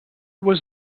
was